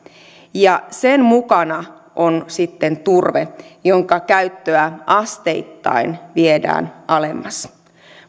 ja sen mukana on sitten turve jonka käyttöä asteittain viedään alemmas